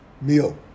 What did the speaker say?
meal